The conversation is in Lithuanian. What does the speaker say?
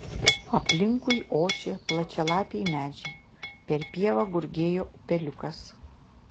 aplinkui ošė plačialapiai medžiai per pievą gurgėjo upeliukas